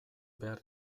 behar